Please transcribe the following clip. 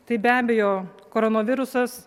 tai be abejo koronavirusas